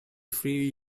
free